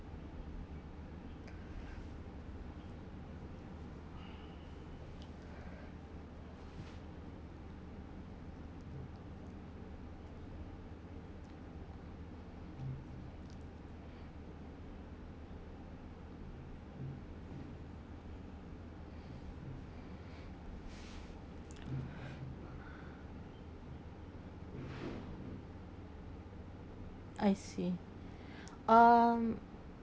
I see um